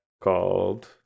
Called